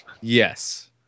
Yes